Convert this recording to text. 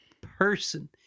person